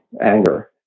anger